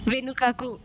వెనుకకు